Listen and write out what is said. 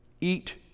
eat